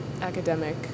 academic